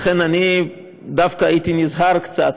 אני רוצה לומר לך שלחזור מחופשת לידה ישר לחוק כזה,